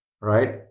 right